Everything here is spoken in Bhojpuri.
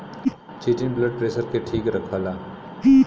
चिटिन ब्लड प्रेसर के ठीक रखला